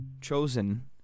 chosen